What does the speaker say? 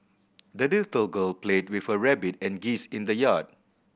the little girl played with her rabbit and geese in the yard